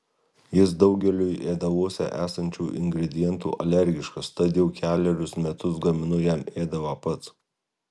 jis daugeliui ėdaluose esančių ingredientų alergiškas tad jau kelerius metus gaminu jam ėdalą pats